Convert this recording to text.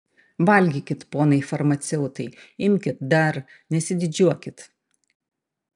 valgykit ponai farmaceutai imkit dar nesididžiuokit